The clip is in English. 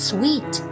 Sweet